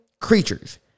creatures